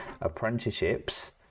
apprenticeships